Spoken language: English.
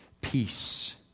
peace